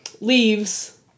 leaves